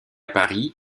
paris